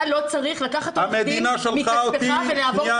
אתה לא צריך לקחת עורך דין מכספך ולעבור